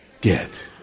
get